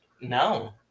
no